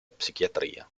psichiatria